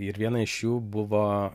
ir viena iš jų buvo